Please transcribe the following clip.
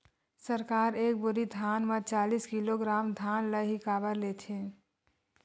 सरकार एक बोरी धान म चालीस किलोग्राम धान ल ही काबर लेथे?